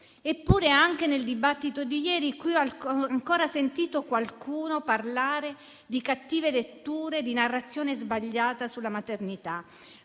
Eppure, anche nel dibattito di ieri, ho sentito ancora qualcuno parlare di cattive letture e di narrazione sbagliata sulla maternità